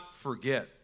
Forget